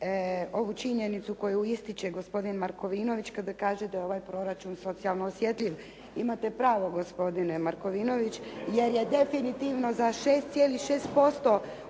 ovu činjenicu koju ističe gospodin Markovinović kada kaže da je ovaj proračun socijalno osjetljiv. Imate pravo gospodine Markovinović, jer je definitivno za 6,6%